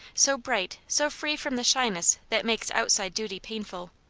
so bright, so free from the shyness that makes outside duty painful,